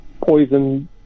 poison